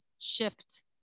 shift